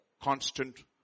constant